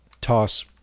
toss